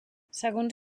segons